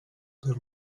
per